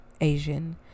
Asian